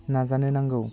नाजानो नांगौ